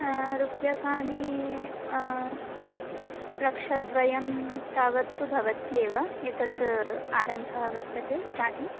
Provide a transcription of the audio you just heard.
रूप्यकाणि लक्षद्वयं तावत्तु भवत्येव एतत् आरम्भः वर्तते स्टार्टिङ्ग्